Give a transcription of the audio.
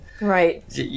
right